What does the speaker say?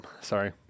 Sorry